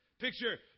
picture